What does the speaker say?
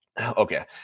Okay